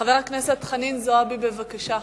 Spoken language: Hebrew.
חברת הכנסת חנין זועבי, בבקשה.